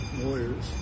lawyers